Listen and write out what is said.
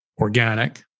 organic